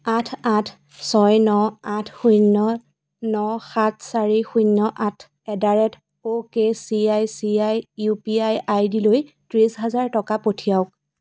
আঠ আঠ ছয় ন আঠ শূন্য ন সাত চাৰি শূন্য আঠ at the rate okay C I C I UPI ID লৈ ত্ৰিছ হাজাৰ টকা পঠিৱাওক